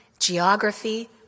geography